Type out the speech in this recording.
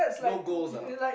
no goals ah